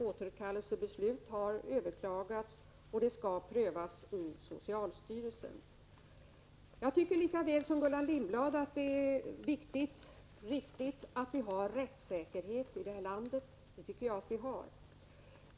Återkallelsebeslutet har överklagats, och ärendet skall prövas i socialstyrelsen. Jag tycker lika väl som Gullan Lindblad att det är viktigt att vi har rättstrygghet i det här landet — och det tycker jag att vi har.